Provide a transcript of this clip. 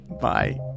Bye